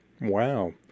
Wow